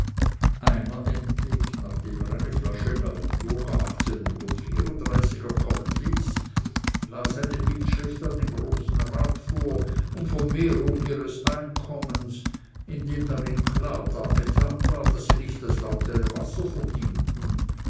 einer endlich nachdem er eine flasche neuenburger kommen ließ las eine bittschrift an den großen rat vor um vermehrung ihres einkommens indem darin klar dargetan war daß sie nicht das klare wasser verdienten